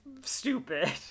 stupid